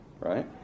Right